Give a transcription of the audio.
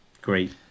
Great